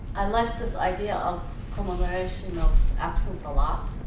i like this idea of commemoration of absence a lot.